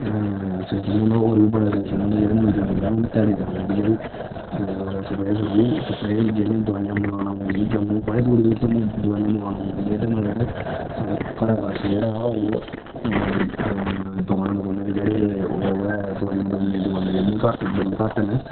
system होंदा होर बी बड़ा सिस्टम होंदा जेह्ड़े मजदूर मजदार उ'नें ई ध्याड़ी देनी पौंदी जेह्ड़ी होर स्प्रे स्प्रू स्प्रे जेह्ड़ियां दोआइयां मंगाना पौंदियां जम्मू बड़े दूर दूर दा दोआइयां मंगाना पौंदियां एह्दे मतलब कि साढ़े घरै कश जेह्ड़ा ओह् दकानां दुकानां जेह्ड़े एह् ओह् ऐ दोआइयां दोआइयां दियां दकानां जेह्ड़ियां घट्ट बड़ियां घट्ट न